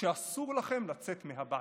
שאסור לכם לצאת מהבית".